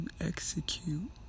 execute